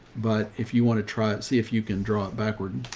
but if you want to try it, see if you can draw it backward.